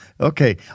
Okay